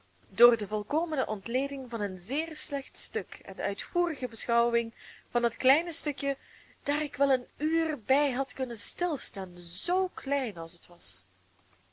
door de volkomene ontleding van een zeer slecht stuk en de uitvoerige beschouwing van dat kleine stukje daar ik wel een uur bij had kunnen stilstaan zoo klein als het was